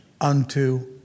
unto